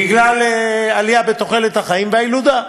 בגלל העלייה בתוחלת החיים והילודה.